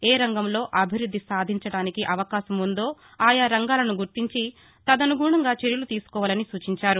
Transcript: ఏ రంగంలో అభివృద్ది సాధించటానికి అవకాశం ఉందో ఆయా రంగాలను గుర్తించి తదనుగుణంగా చర్యలు తీసుకోవాలని సూచించారు